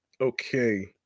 okay